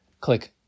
click